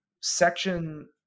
section